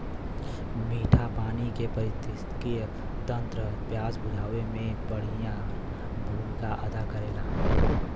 मीठा पानी के पारिस्थितिकी तंत्र प्यास बुझावे में बड़ियार भूमिका अदा करेला